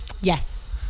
Yes